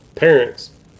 Parents